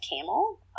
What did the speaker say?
camel